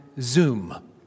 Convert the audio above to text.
zoom